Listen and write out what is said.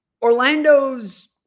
Orlando's